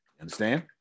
understand